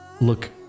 look